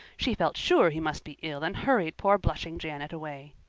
she felt sure he must be ill and hurried poor blushing janet away.